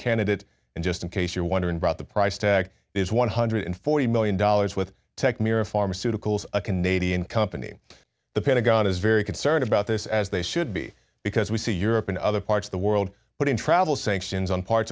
candidate and just in case you're wondering about the price tag is one hundred forty million dollars with tech mirror pharmaceuticals a canadian company the pentagon is very concerned about this as they should be because we see europe and other parts of the world putting travel sanctions on parts